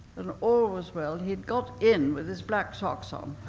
and all was well. he'd got in with his black socks on.